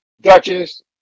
Duchess